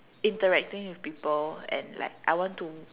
interacting with people and like I want to